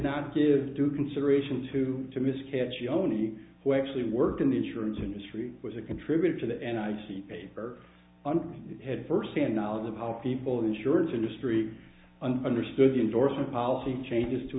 not give due consideration to to miscarriage the only way actually worked in the insurance industry was a contributor to that and i see paper and had firsthand knowledge of how people insurance industry understood the indorsement policy changes to